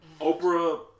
Oprah